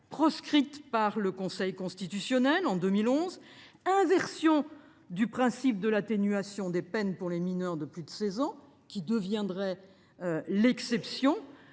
proscrite par le Conseil constitutionnel en 2011. Il inversait le principe de l’atténuation des peines pour les mineurs de plus de 16 ans, laquelle deviendrait l’exception,